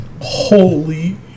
Holy